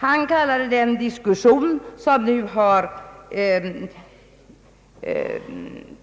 Han kallade den diskussion som har